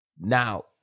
Now